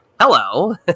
Hello